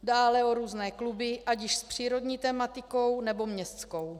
Dále o různé kluby, ať již s přírodní tematikou, nebo městskou.